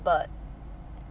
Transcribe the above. but